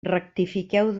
rectifiqueu